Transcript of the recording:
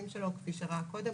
מה שראיתם,